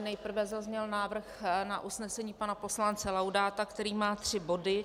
Nejprve zazněl návrh na usnesení pana poslance Laudáta, který má tři body.